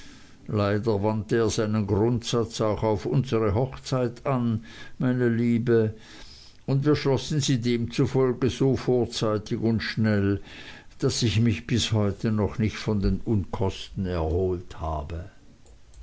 leider wandte er seinen grundsatz auch auf unsere hochzeit an meine liebe und wir schlossen sie demzufolge so vorzeitig und schnell daß ich mich bis heute noch nicht von den unkosten erholt habe